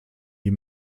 die